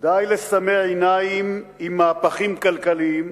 די לסמא עיניים עם מהפכים כלכליים.